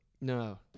No